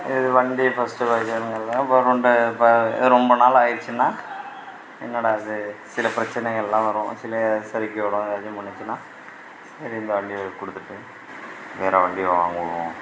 இது வண்டி ஃபஸ்ட்டு வாங்கி ரொம்ப நாள் ஆயிடுச்சுன்னா என்னடா இது சில பிரச்சனைகளெலாம் வரும் சில சறுக்கிவிடும் ஏதாச்சும் பண்ணுச்சுன்னா சரி இந்த வண்டியை கொடுத்துட்டு வேறு வண்டி வாங்கணும்